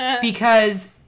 because-